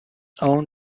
own